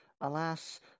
Alas